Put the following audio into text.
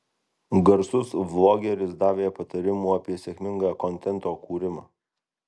garsus vlogeris davė patarimų apie sėkmingą kontento kūrimą